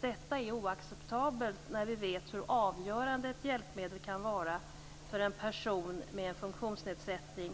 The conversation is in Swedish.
Detta är oacceptabelt eftersom vi vet hur avgörande ett hjälpmedel kan vara för att en person med en funktionsnedsättning